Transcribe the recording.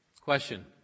Question